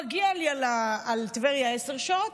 מגיעות לי על טבריה עשר שעות,